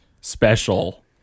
special